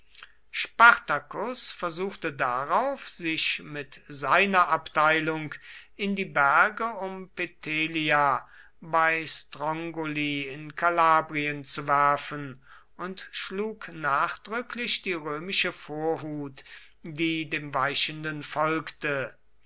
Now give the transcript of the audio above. spartacus versuchte darauf sich mit seiner abteilung in die berge um petelia bei strongoli in kalabrien zu werfen und schlug nachdrücklich die römische vorhut die dem weichenden folgte